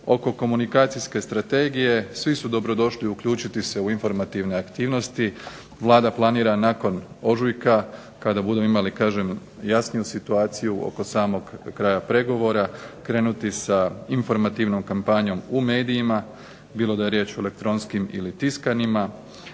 Oko komunikacijske strategije, svi su dobrodošli uključiti se u informativne aktivnosti. Vlada planira nakon ožujka, kada budemo imali jasniju situaciju oko samog kraja pregovora, krenuti sa informativnom kampanjom u medijima, bilo da je riječ o elektronskim ili tiskovnima.